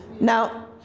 Now